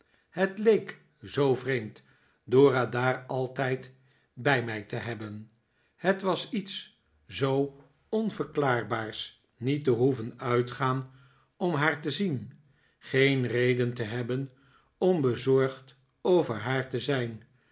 het leek zoo vreemd dora daar altijd bij mij te hebben het was iets zoo onverklaarbaars niet te hoeven uitgaan om haar te zien geen reden te hebben om bezorgd over haar te zijn